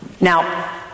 now